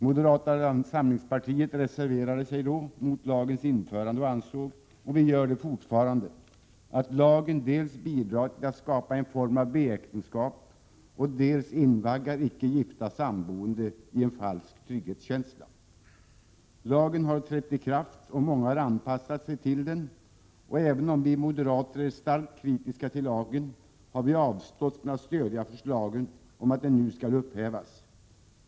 Moderata samlingspartiet reserverade sig då mot lagens införande. Vi ansåg — och vi gör det fortfarande — att lagen dels bidrar till att skapa en form av B-äktenskap, dels att den invaggar icke gifta samboende i en falsk trygghetskänsla. Lagen har trätt i kraft och många har anpassat sig till den, och även om vi moderater är starkt kritiska till lagen har vi avstått från att stödja förslaget om att den nu skall upphävas.